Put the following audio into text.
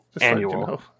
annual